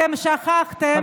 אתם שכחתם שהדת היהודית,